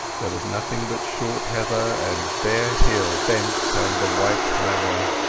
there was nothing but short heather, and bare hill bent, and the white highway.